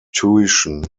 tuition